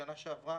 בשנה שעברה